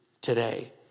today